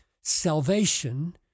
salvation